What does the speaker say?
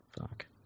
fuck